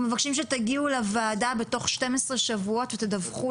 אנחנו מבקשים שתגיעו לוועדה בתוך 12 שבועות ותדווחו